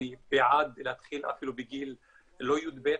אני בעד להתחיל אפילו בגיל לא י"ב,